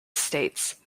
states